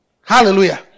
Hallelujah